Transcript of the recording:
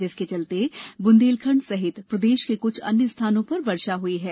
जिसके चलते बुंदेलखंड़ अंचल सहित प्रदेश के कुछ अन्य स्थानों पर वर्षा हुयी है